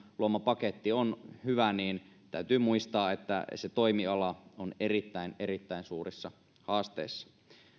luoma paketti on hyvä niin täytyy muistaa että se toimiala on erittäin erittäin suurissa haasteissa